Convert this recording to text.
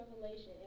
revelation